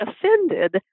offended